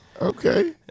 Okay